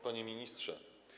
Panie Ministrze!